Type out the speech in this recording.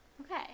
Okay